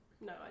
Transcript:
No